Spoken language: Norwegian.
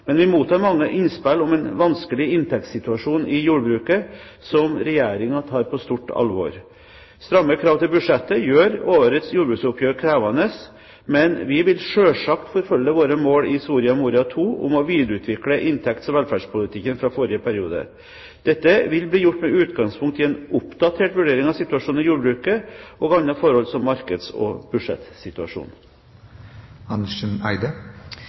Men vi mottar mange innspill om en vanskelig inntektssituasjon i jordbruket som Regjeringen tar på stort alvor. Stramme krav til budsjettet gjør årets jordbruksoppgjør krevende, men vi vil selvsagt forfølge våre mål fra Soria Moria II om å videreutvikle inntekts- og velferdspolitikken fra forrige periode. Dette vil bli gjort med utgangspunkt i en oppdatert vurdering av situasjonen i jordbruket og andre forhold, som markeds- og